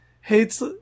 hates